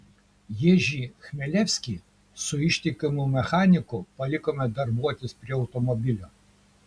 ježį chmelevskį su ištikimu mechaniku palikome darbuotis prie automobilio